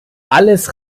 alles